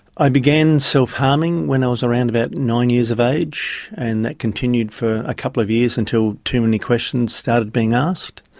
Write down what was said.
i began self-harming when i was around about nine years of age, and that continued for a couple of years until too many questions started being asked.